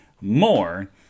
more